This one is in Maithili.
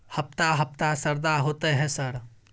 हफ्ता हफ्ता शरदा होतय है सर?